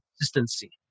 consistency